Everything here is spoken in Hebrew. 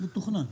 מתוכנן.